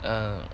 um